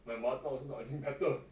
my mother tongue also not any better